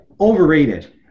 overrated